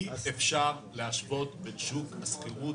אי אפשר להשוות את שוק השכירות